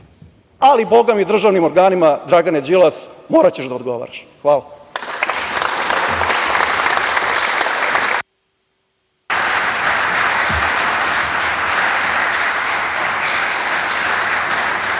Ali, Boga mi, državnim organima Dragane Đilas, moraćeš da odgovaraš. Hvala.